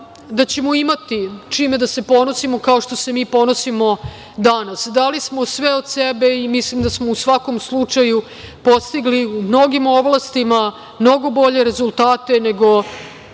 da ćemo imati čime da se ponosimo, kao što se mi ponosimo danas. Dali smo sve od sebe i mislim da smo u svakom slučaju postigli u mnogim oblastima mnogo bolje rezultate nego